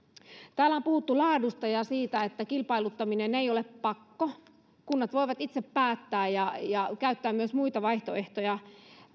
täällä on puhuttu laadusta ja siitä että kilpailuttaminen ei ole pakko kunnat voivat itse päättää ja ja käyttää myös muita vaihtoehtoja